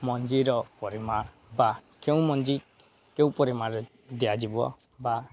ମଞ୍ଜିର ପରିମାଣ ବା କେଉଁ ମଞ୍ଜି କେଉଁ ପରିମାଣରେ ଦିଆଯିବ ବା